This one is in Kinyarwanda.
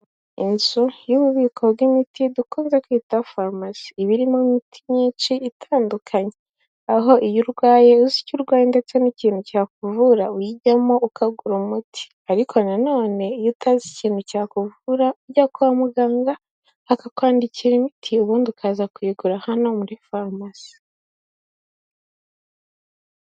Inzu y'ububiko bw'imiti dukunze kwita farumasi, iba irimo imiti myinshi itandukanye aho iyo urwaye uzi icyo urwaye ndetse n'ikintu cyakuvura uyijyamo ukagura umuti. Ariko nanone iyo utazi ikintu cyakuvura ujya kwa muganga, akakwandikira imiti ubundi ukaza kuyigura hano muri farumasi.